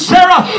Sarah